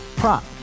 prop